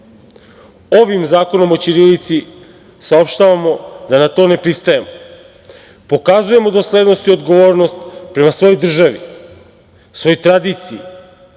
zakonom o ćirilici saopštavamo da na to ne pristajemo. Pokazujemo doslednost i odgovornost prema svojoj državi, svojoj tradiciji,